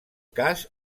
cas